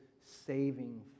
saving